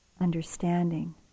understanding